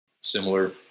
similar